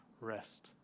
rest